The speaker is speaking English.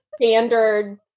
standard